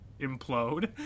implode